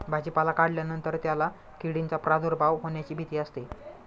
भाजीपाला काढल्यानंतर त्याला किडींचा प्रादुर्भाव होण्याची भीती असते